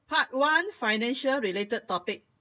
part one financial related topic